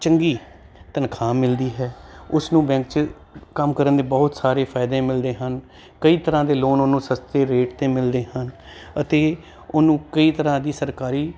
ਚੰਗੀ ਤਨਖਾਹ ਮਿਲਦੀ ਹੈ ਉਸਨੂੰ ਬੈਂਕ 'ਚ ਕੰਮ ਕਰਨ ਦੇ ਬਹੁਤ ਸਾਰੇ ਫਾਇਦੇ ਮਿਲਦੇ ਹਨ ਕਈ ਤਰ੍ਹਾਂ ਦੇ ਲੋਨ ਉਹਨੂੰ ਸਸਤੇ ਰੇਟ 'ਤੇ ਮਿਲਦੇ ਹਨ ਅਤੇ ਉਹਨੂੰ ਕਈ ਤਰ੍ਹਾਂ ਦੀ ਸਰਕਾਰੀ